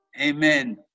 Amen